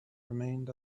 remained